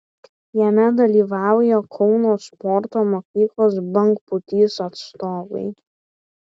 jame dalyvauja kauno sporto mokyklos bangpūtys atstovai